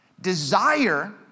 Desire